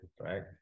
right